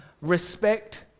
respect